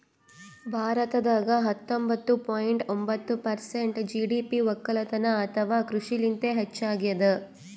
ಭಾರತದಾಗ್ ಹತ್ತೊಂಬತ್ತ ಪಾಯಿಂಟ್ ಒಂಬತ್ತ್ ಪರ್ಸೆಂಟ್ ಜಿ.ಡಿ.ಪಿ ವಕ್ಕಲತನ್ ಅಥವಾ ಕೃಷಿಲಿಂತೆ ಹೆಚ್ಚಾಗ್ಯಾದ